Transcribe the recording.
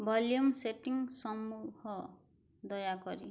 volume setting ସମୂହ ଦୟାକରି